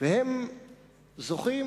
והם זוכים